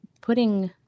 putting